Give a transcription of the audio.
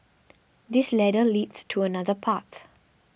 this ladder leads to another path